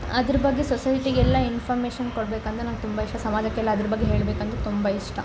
ಅದರ ಬಗ್ಗೆ ಸೊಸೈಟಿಗೆಲ್ಲ ಇನ್ಫಾಮೇಶನ್ ಕೊಡ್ಬೇಕು ಅಂದರೆ ನಂಗೆ ತುಂಬ ಇಷ್ಟ ಸಮಾಜಕ್ಕೆಲ್ಲ ಅದರ ಬಗ್ಗೆ ಹೇಳ್ಬೇಕಂದ್ರೆ ತುಂಬ ಇಷ್ಟ